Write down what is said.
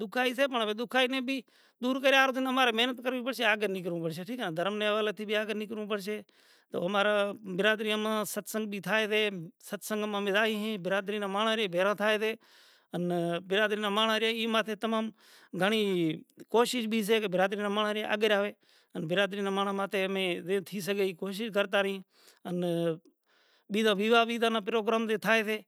دُکھ آئے سے ، دُکھ آئے نا بھی دور کریا ھت ہمیں محنت بھی کروی پڑشے نی آگے بھی کروی پڑشے نی ٹھیک ھے نا۔ دھرم نے واڑا تھی آگے نکل ووں پڑشے تو امارا برادریوں ما ستسن بھی تھائے سے۔ ستسن ما امے جائیے ھے ، برادری نا ماڑں بھی بھیگا تھائے تھے۔ انا برادری نا ماڑں ای ماتے تمم گھنڑی کوشش بھی سے کہ برادری نا ماڑں آگڑ آوے۔ انا برادری نا ماڑں ماتے امے ریتھ ہی سلئی کوشش کرتا رہی۔ اننا بیجا بیجا اوی پروگرام نے تھائے سے۔